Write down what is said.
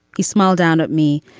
he smiled down at me,